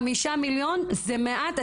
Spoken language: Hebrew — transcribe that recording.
חמישה מיליון זה מעט,